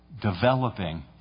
developing